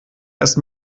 erst